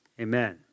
Amen